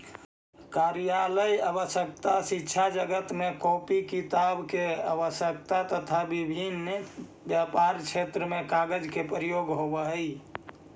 कार्यालयीय आवश्यकता, शिक्षाजगत में कॉपी किताब के आवश्यकता, तथा विभिन्न व्यापार में कागज के प्रयोग होवऽ हई